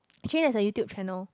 actually there's a YouTube channel